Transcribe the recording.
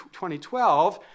2012